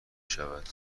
شود